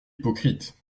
hypocrite